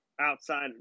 outside